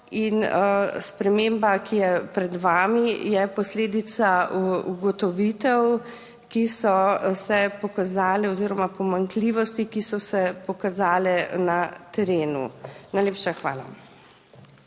In sprememba, ki je pred vami, je posledica ugotovitev, ki so se pokazale, oziroma pomanjkljivosti, ki so se pokazale na terenu. Najlepša hvala.